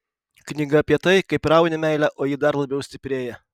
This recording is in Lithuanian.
knyga apie tai kaip rauni meilę o ji dar labiau stiprėja